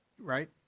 Right